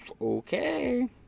Okay